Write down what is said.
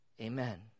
Amen